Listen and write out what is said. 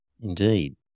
Indeed